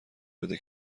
بده